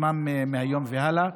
כשמם מהיום והלאה.